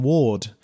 Ward